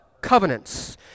Covenants